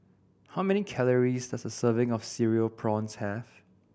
how many calories does a serving of Cereal Prawns have